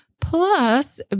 plus